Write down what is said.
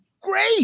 great